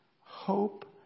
Hope